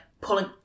pulling